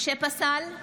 משה פסל,